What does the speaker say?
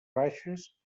baixes